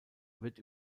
wird